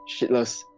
shitless